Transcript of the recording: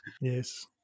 Yes